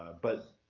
but,